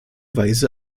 weise